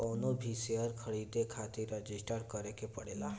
कवनो भी शेयर खरीदे खातिर रजिस्टर करे के पड़ेला